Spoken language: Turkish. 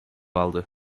aldı